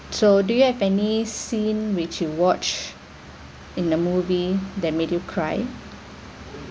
so do you have any scene which you watch in the movie that made you cry